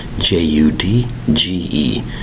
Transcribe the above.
J-U-D-G-E